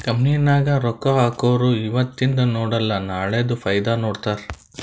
company ನಾಗ್ ರೊಕ್ಕಾ ಹಾಕೊರು ಇವತಿಂದ್ ನೋಡಲ ನಾಳೆದು ಫೈದಾ ನೋಡ್ತಾರ್